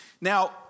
Now